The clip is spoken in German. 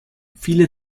viele